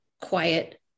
quiet